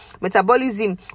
Metabolism